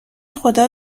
خدا